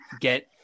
get